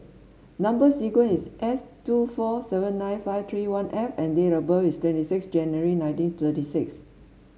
number sequence is S two four seven nine five three one F and date of birth is twenty six January nineteen thirty six